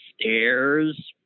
Stairs